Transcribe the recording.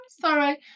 sorry